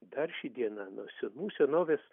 dar ši diena nuo senų senovės